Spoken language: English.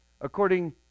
According